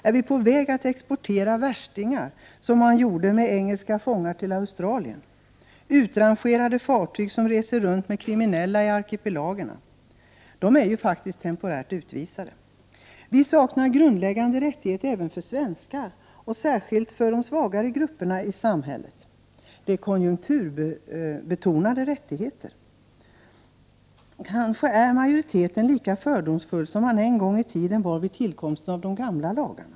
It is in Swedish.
Är vi på väg att exportera ”Värstingar”, som man gjorde med engelska fångar till Australien? Utrangerade fartyg som seglar jorden runt med kriminella i arkipelagerna! De är ju faktiskt temporärt utvisade. Vi saknar grundläggande rättigheter även för svenskar och särskilt för de svagare grupperna i samhället. Det är konjunkturbetonade rättigheter. — Kanske är majoriteten lika fördomsfull som man en gång i tiden var vid tillkomsten av de gamla lagarna?